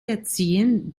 erziehen